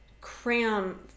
cram